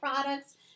products